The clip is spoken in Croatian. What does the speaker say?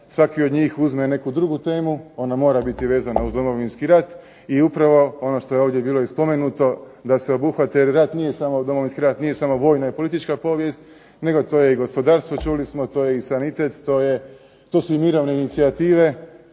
svaki od njih uzme neku drugu temu. Ona mora biti vezana uz Domovinski rat i upravo ono što je ovdje bilo i spomenuto da se obuhvate, jer rat nije samo Domovinski rat, nije samo vojna i politička povijest, nego to je i gospodarstvo, čuli smo, to je i sanitet, to su i mirovine inicijative,